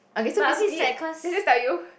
okay so basically can I just tell you